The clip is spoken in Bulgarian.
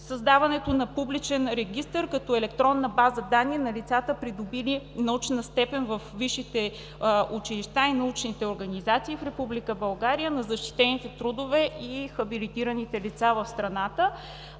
създаването на публичен регистър като електронна база данни на лицата, придобили научна степен във висшите училища и научните организации в Република България, на защитените трудове и хабилитираните лица в страната.